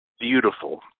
beautiful